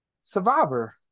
Survivor